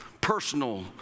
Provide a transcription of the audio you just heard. personal